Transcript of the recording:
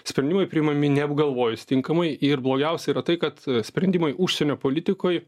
sprendimai priimami neapgalvojus tinkamai ir blogiausia yra tai kad sprendimai užsienio politikoj